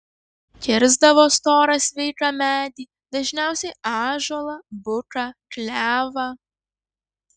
kirsdavo storą sveiką medį dažniausiai ąžuolą buką klevą